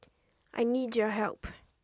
I need your help